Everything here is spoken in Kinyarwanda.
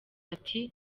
ati